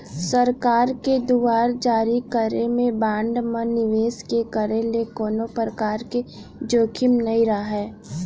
सरकार के दुवार जारी करे गे बांड म निवेस के करे ले कोनो परकार के जोखिम नइ राहय